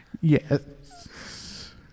yes